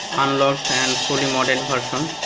unlocked and modded version.